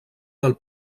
del